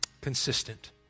consistent